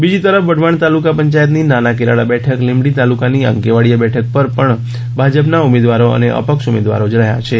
બીજી તરફ વઢવાણ તાલુકા પંચાયતની નાના કેરાળા બેઠક લીંબડી તાલુકાની અંકેવાળીયા બેઠક ઉપર પણ ભાજપના ઉમેદવારો અને અપક્ષ ઉમેદવારો જ રહ્યા છે